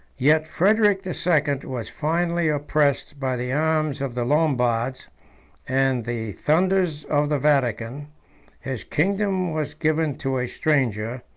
yet frederic the second was finally oppressed by the arms of the lombards and the thunders of the vatican his kingdom was given to a stranger,